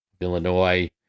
Illinois